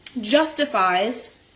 justifies